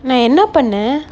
நா என்னா பண்ண:na ennaa panna